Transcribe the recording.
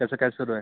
कसं काय सुरु आहे